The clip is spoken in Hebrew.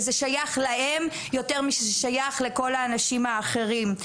וזה שייך להם יותר משזה שייך לכל האנשים האחרים.